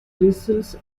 bristles